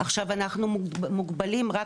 עכשיו אנחנו מוגבלים רק